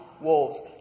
wolves